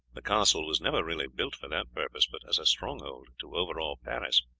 the castle was never really built for that purpose, but as a stronghold to overawe paris.